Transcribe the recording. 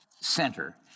center